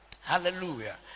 Hallelujah